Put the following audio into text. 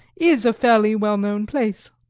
is a fairly well-known place.